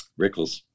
Rickles